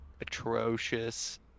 atrocious